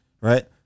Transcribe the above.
right